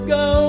go